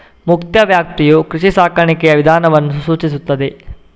ಮುಕ್ತ ವ್ಯಾಪ್ತಿಯು ಕೃಷಿ ಸಾಕಾಣಿಕೆಯ ವಿಧಾನವನ್ನು ಸೂಚಿಸುತ್ತದೆ